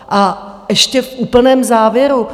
A ještě v úplném závěru.